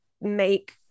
make